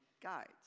guides